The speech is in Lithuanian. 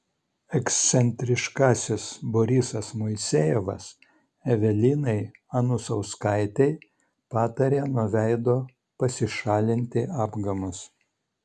ekscentriškasis borisas moisejevas evelinai anusauskaitei patarė nuo veido pasišalinti apgamus